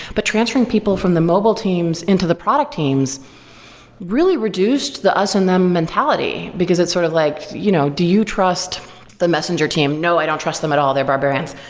but transferring people from the mobile teams into the product teams really reduced the us and them mentality, because it's sort of like, you know do you trust the messenger team? no, i don't trust them at all. they're barbarians.